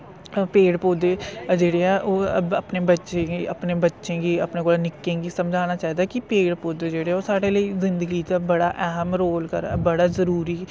पेड़ पौधे जेह्ड़े ऐं ओह् अपने बच्चें गी अपने बच्चें गी अपने कोला निक्कें गी समझाना चाहिदा कि पेड़ पौधे जेह्ड़े ऐ ओह् साढ़े लेई जिंदगी दा बड़ा एहम रोल करा जरुरी